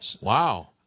wow